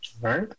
right